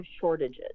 shortages